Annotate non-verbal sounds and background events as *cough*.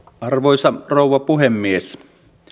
*unintelligible* arvoisa rouva puhemies